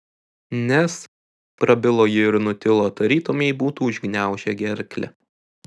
nes prabilo ji ir nutilo tarytum jai būtų užgniaužę gerklę